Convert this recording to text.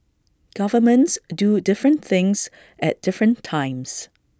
governments do different things at different times